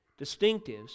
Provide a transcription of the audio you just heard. distinctives